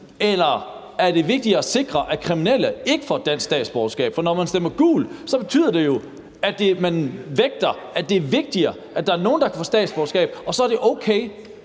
eller er det vigtigere at sikre, at kriminelle ikke får dansk statsborgerskab? For når man stemmer gult, betyder det jo, at man vægter, at det er vigtigere, at der er nogle, der kan få statsborgerskab, mens man